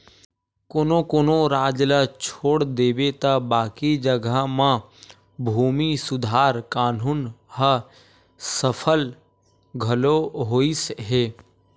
कोनो कोनो राज ल छोड़ देबे त बाकी जघा म भूमि सुधार कान्हून ह सफल घलो होइस हे